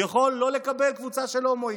הוא יכול לא לקבל קבוצה של הומואים.